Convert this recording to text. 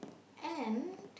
and